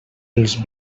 els